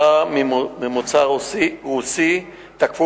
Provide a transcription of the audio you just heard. בסיוון התש"ע (19 במאי 2010): פורסם כי צעירים רוסים תקפו